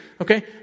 Okay